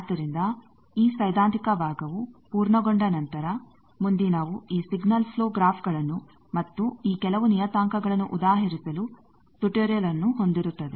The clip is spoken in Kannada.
ಆದ್ದರಿಂದ ಈ ಸೈದ್ಧಾಂತಿಕ ಭಾಗವು ಪೂರ್ಣಗೊಂಡ ನಂತರ ಮುಂದಿನವು ಈ ಸಿಗ್ನಲ್ ಪ್ಲೋ ಗ್ರಾಫ್ಗಳನ್ನು ಮತ್ತು ಈ ಕೆಲವು ನಿಯತಾಂಕಗಳನ್ನು ಉದಾಹರಿಸಲು ಟ್ಯುಟೋರಿಯಲ್ಅನ್ನು ಹೊಂದಿರುತ್ತದೆ